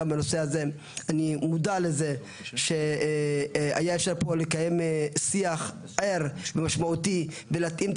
אני מודע לזה שהיה אפשר פה לקיים שיח ער ומשמעותי ולהתאים את